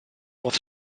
was